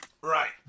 Right